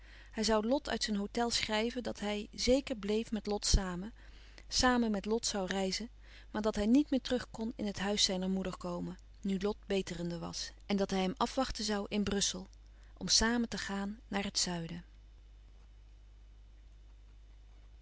hij zoû lot uit zijn hôtel schrijven dat hij zeker bleef met lot samen samen met lot zoû reizen maar dat hij niet meer terug kon in het huis zijner moeder komen nu lot beterende was en dat hij hem afwachten zoû in brussel om samen te gaan naar het zuiden